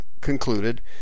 concluded